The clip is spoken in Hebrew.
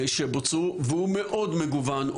שבוצעו והוא מאוד מגוון,